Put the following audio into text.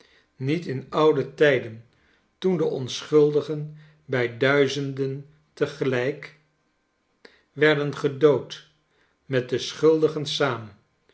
niet in oude tijden toen de onschuldigen bij duizenden te gelgk werden gedood met de schuldigen saam